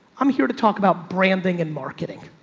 i'm here to talk about branding and marketing.